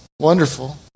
wonderful